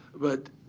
but